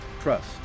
Trust